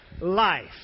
life